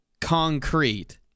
concrete